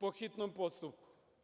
po hitnom postupku.